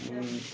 ହୁଁ